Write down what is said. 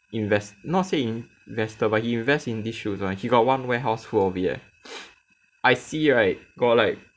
invest not saying investor but he invest in these shoes [one] when he got one warehouse full of it eh I see right got like